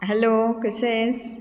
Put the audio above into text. hello कसा आहेस